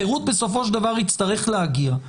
הפירוט בסופו של דבר יצטרך להגיע.